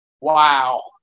Wow